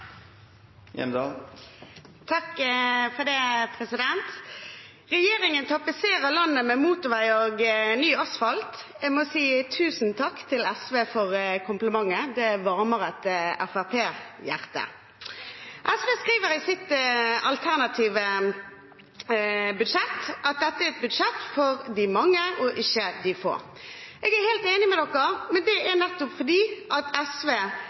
Regjeringen tapetserer landet med motorveier og ny asfalt: Jeg må si tusen takk til SV for komplimentet. Det varmer et FrP-hjerte. SV skriver i sitt alternative budsjett at det er et budsjett for de mange og ikke for de få. Jeg er helt enig med dem, men det er nettopp fordi